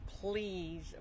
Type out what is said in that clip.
Please